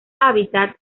hábitat